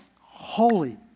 holy